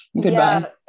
goodbye